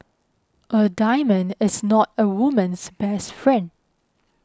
a diamond is not a woman's best friend